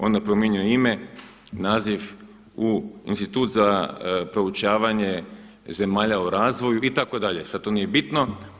Onda je promijenio ime naziv u Institut za proučavanje zemalja u razvoju itd., sada to nije bitno.